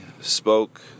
spoke